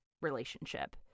relationship